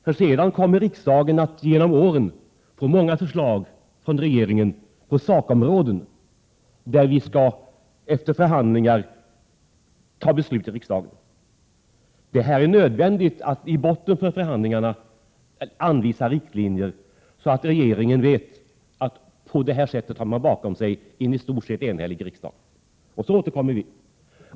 Genom åren kommer riksdagen sedan att få många förslag från regeringen inom sakområden där vi efter förhandlingar skall fatta beslut i riksdagen. Det är nödvändigt att anvisa riktlinjer i botten för förhandlingarna så att regeringen på detta sätt vet att den i stort sett har en enhällig riksdag bakom sig, och så återkommer vi.